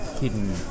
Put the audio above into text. hidden